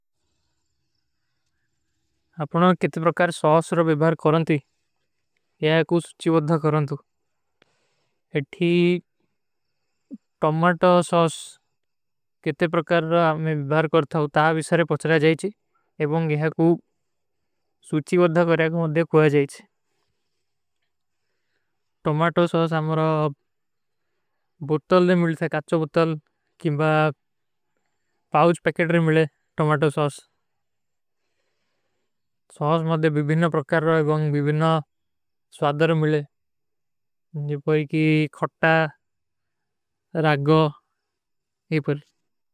ଆପନୋଂ କିତେ ପ୍ରକାର ସୌସର ଵିଭାର କରନତେ ହୈଂ। ଯହାଏ କୁଛ ସୁଚୀ ଵଧ୍ଧା କରନତେ ହୈଂ। ଇଠୀ ଟୋମାଟୋ ସୌସ କିତେ ପ୍ରକାର ଆମେଂ ଵିଭାର କରତେ ହୈଂ। ତା ଵିଶରେ ପଚଲା ଜାଏଚେ। ଏବଂଗ ଯହାଏ କୁଛ ସୁଚୀ ଵଧ୍ଧା ପର ଯହାଏକ ମେଂ କୋଈ ଜାଏଚେ। ସ୍ଵାଧର ମିଲେ। ଜିପୋଈ କୀ ଖୋଟ୍ଟା, ରଗ୍ଗୋ, ଇପର।